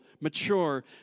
mature